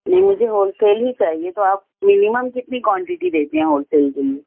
نہیں مجھے wholesale ہی چاہیے تو آپ منیمم کتنی کونٹٹی دیتے ہیں ہول سیل کے لیے